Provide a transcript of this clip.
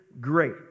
great